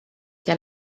get